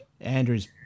Andrew's